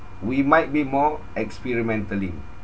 we might be more experimentally